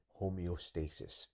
homeostasis